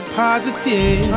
positive